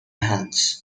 hands